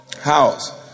House